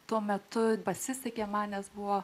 tuo metu pasisekė manęs buvo